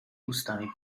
ustami